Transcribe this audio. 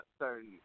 certain